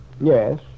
Yes